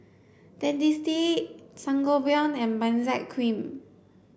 Dentiste Sangobion and Benzac cream